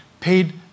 paid